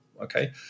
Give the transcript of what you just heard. okay